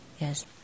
yes